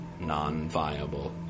non-viable